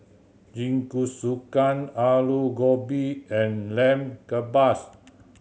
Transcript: Jingisukan Alu Gobi and Lamb Kebabs